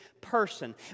person